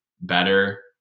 better